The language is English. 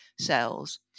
cells